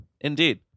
Indeed